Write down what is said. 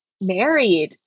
married